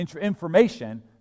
information